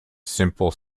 simple